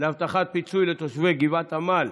להבטחת פיצוי לתושבי גבעת עמל,